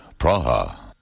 Praha